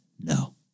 No